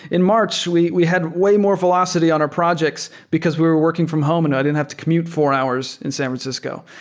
in march, we we had way more velocity on our projects because we're working from home and i didn't have to commute four hours in san francisco.